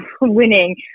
winning